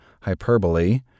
hyperbole